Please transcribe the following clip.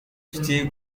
steve